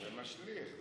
זה משליך.